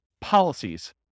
policies